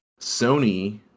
Sony